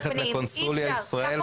ללכת לקונסוליה ישראל כדי לאמת את זה.